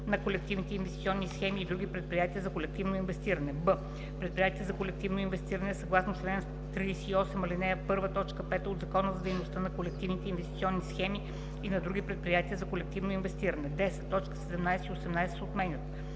на колективните инвестиционни схеми и на други предприятия за колективно инвестиране; б) предприятие за колективно инвестиране съгласно чл. 38, ал. 1, т. 5 от Закона за дейността на колективните инвестиционни схеми и на други предприятия за колективно инвестиране. 10. Точки 17 и 18 се отменят.